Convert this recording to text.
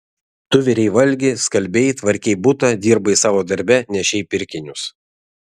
tu virei valgi skalbei tvarkei butą dirbai savo darbe nešei pirkinius